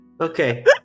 okay